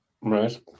Right